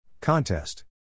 Contest